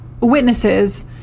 witnesses